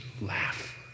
laugh